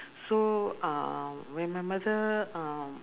so uh when my mother uh